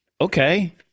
Okay